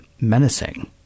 menacing